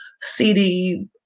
CD